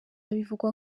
bivugwa